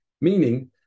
Meaning